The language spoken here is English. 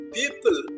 people